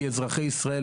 כי אזרחי ישראל,